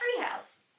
treehouse